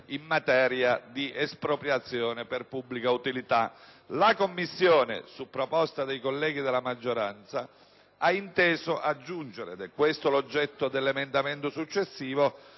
in materia di espropriazione per pubblica utilità. La Commissione, su proposta dei colleghi della maggioranza, ha inteso aggiungere (ed è questo l'oggetto dell'emendamento 2.270):